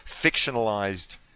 fictionalized